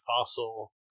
fossil